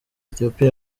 ethiopia